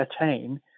attain